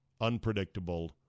unpredictable